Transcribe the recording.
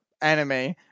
anime